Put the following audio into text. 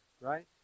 right